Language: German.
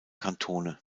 kantone